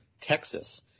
Texas